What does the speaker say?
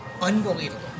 Unbelievable